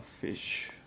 fish